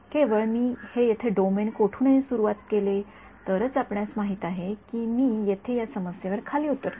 केवळ मी हे येथे डोमेन कोठूनही सुरू केले तरच आपणास माहित आहे कि मी येथे या समस्येवर खाली उतरतो